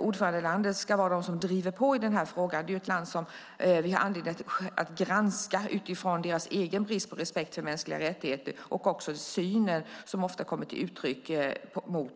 ordförandelandet Ungern ska driva på i denna fråga. Det är ju ett land som vi har anledning att granska utifrån dess brist på respekt för mänskliga rättigheter och syn på romer, som ofta kommer till uttryck.